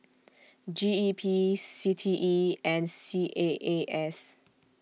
G E P C T E and C A A S